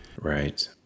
Right